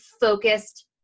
focused